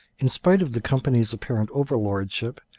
in spite of the company's apparent overlordship,